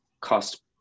cost